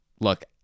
look